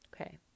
Okay